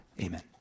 amen